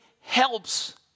helps